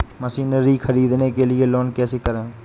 Machinery ख़रीदने के लिए लोन कैसे करें?